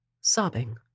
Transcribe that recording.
sobbing